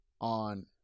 on